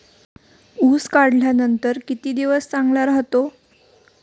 ऊस काढल्यानंतर किती दिवस चांगला राहतो?